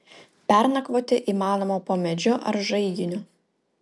pernakvoti įmanoma po medžiu ar žaiginiu